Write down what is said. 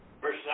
verse